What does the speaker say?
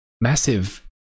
massive